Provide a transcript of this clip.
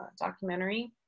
documentary